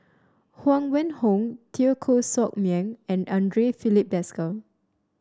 Huang Wenhong Teo Koh Sock Miang and Andre Filipe Desker